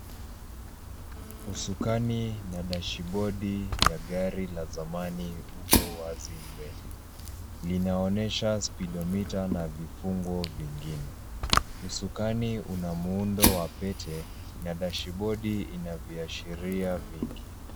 Usukani na dashibodi ya gari la zamani upo wazi mbele. Linaonyesha speedometer na vifungo vingine, muundo wa pete na dashibodi ina viashiria vingi.